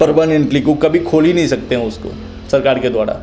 permanently कू कभी खोल ही नहीं सकते हैं उसको सरकार के द्वारा